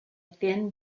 thin